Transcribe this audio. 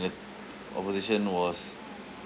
and opposition was